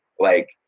like,